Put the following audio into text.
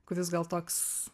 kuris gal toks